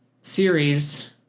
series